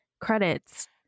credits